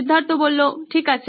সিদ্ধার্থ ঠিক আছে